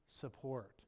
support